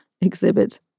exhibit